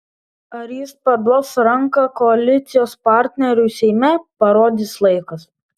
ar jis paduos ranką koalicijos partneriui seime parodys laikas